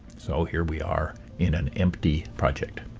so here we are in an empty project.